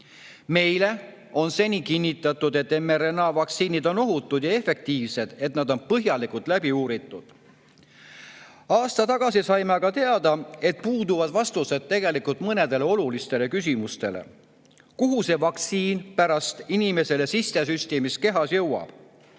Meile on seni kinnitatud, et mRNA‑vaktsiinid on ohutud ja efektiivsed ja nad on põhjalikult läbi uuritud. Aasta tagasi saime aga teada, et puuduvad vastused tegelikult mõnedele olulistele küsimustele. Kuhu see vaktsiin pärast inimesele sissesüstimist kehas jõuab?